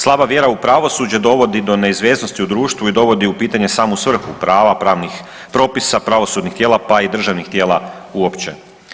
Slaba vjera u pravosuđe dovodi do neizvjesnosti u društvu i dovodi u pitanje samu svrhu prava, pravnih propisa, pravosudnih tijela pa i državnih tijela uopće.